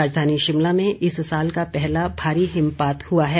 राजधानी शिमला में इस साल का पहला भारी हिमपात हुआ है